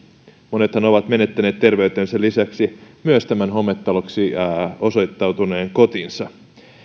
monethan ovat menettäneet terveytensä lisäksi myös hometaloksi osoittautuneen kotinsa